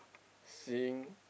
seeing